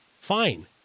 fine